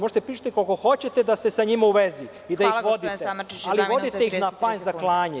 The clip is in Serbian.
Možete da pričate koliko hoćete da ste sa njima u vezi i da ih vodite, ali vodite ih na panj za klanje.